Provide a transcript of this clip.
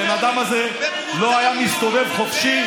הבן אדם הזה לא היה מסתובב חופשי.